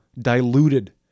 diluted